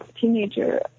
teenager